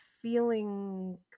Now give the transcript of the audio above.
feeling